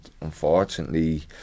unfortunately